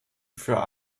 für